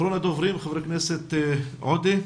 אחרון הדוברים, חבר הכנסת עודה.